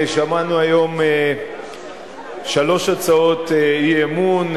שמענו היום שלוש הצעות אי-אמון.